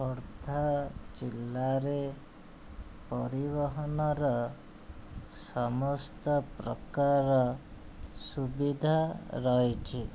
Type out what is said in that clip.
ଖୋର୍ଦ୍ଧା ଜିଲ୍ଲାରେ ପରିବହନର ସମସ୍ତ ପ୍ରକାର ସୁବିଧା ରହିଛି